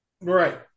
Right